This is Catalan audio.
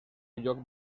lloc